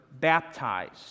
baptized